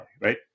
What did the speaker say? right